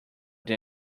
than